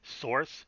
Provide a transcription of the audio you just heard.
source